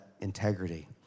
integrity